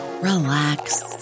relax